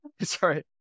sorry